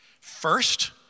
first